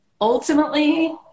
ultimately